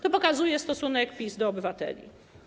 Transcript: To pokazuje stosunek PiS do obywateli.